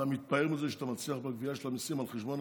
אתה מתפעל מזה שאתה מצליח בגבייה של המיסים על חשבון